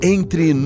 Entre